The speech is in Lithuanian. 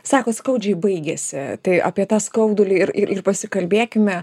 sako skaudžiai baigėsi tai apie tą skaudulį ir ir pasikalbėkime